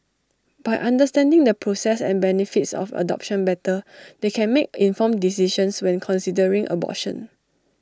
by understanding the process and benefits of adoption better they can make informed decisions when considering abortion